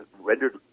rendered